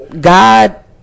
God